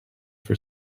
for